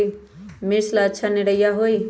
मिर्च ला अच्छा निरैया होई?